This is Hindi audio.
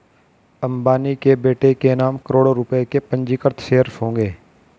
अंबानी के बेटे के नाम करोड़ों रुपए के पंजीकृत शेयर्स होंगे